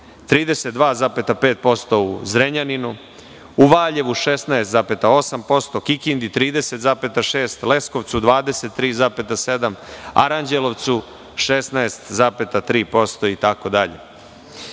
32,5% u Zrenjaninu, u Valjevu 16,8%, Kikindi 30,6%, Leskovcu 23,7%, Aranđelovcu 16,3% itd.